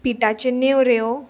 पिठाच्यो नेवऱ्यो